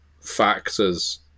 factors